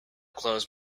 close